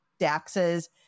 Daxes